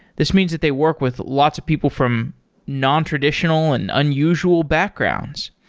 this means that they work with lots of people from nontraditional and unusual backgrounds.